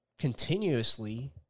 continuously